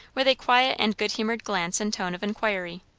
with a quiet and good-humoured glance and tone of inquiry.